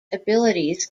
abilities